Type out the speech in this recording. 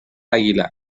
aguilar